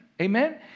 Amen